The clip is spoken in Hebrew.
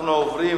אין.